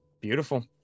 Beautiful